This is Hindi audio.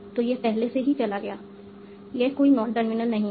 तो यह पहले से ही चला गया यह कोई नॉन टर्मिनल नहीं है